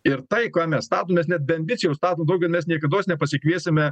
ir tai ką mes statom mes net be ambicijų statom dėl to kas mes niekados nepasikviesime